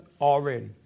already